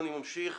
אני ממשיך